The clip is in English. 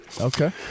Okay